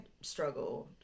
struggled